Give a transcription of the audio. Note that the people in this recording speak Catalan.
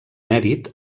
mèrit